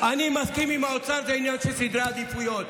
אני מסכים עם האוצר, שזה עניין של סדרי עדיפויות.